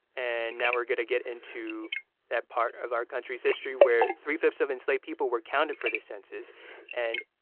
and now we're going to get into that part of our country's history where three-fifths of enslaved people were counted for the census and,